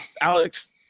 Alex